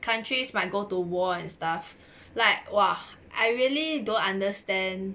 countries might go to war and stuff like !wah! I really don't understand